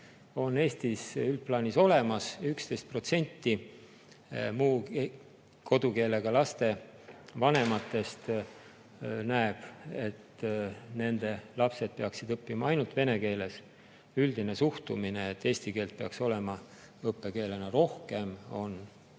on Eestis üldplaanis olemas. 11% muu kodukeelega laste vanematest näeb, et nende lapsed peaksid õppima ainult vene keeles. Üldine suhtumine, et eesti keelt peaks olema õppekeelena rohkem, on valdav.